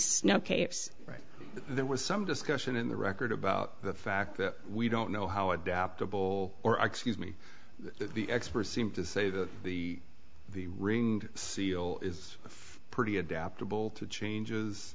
snow caves right there was some discussion in the record about the fact that we don't know how adaptable or excuse me the experts seem to say that the the ring seal is pretty adaptable to changes